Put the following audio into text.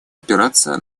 опираться